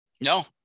No